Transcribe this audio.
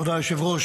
תודה, היושב-ראש.